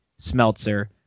Smeltzer